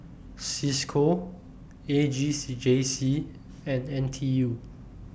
CISCO A J C J C and N T U